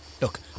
Look